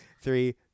three